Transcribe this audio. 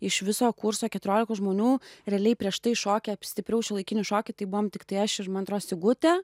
iš viso kurso keturiolikos žmonių realiai prieš tai šokę stipriau šiuolaikinį šokį tai buvom tiktai aš ir man atrodo sigutė